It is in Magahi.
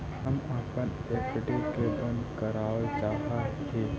हम अपन एफ.डी के बंद करावल चाह ही